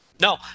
No